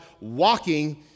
walking